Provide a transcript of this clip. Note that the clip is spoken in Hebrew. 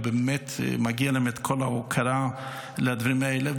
ובאמת מגיעה להם כל ההוקרה לדברים האלה.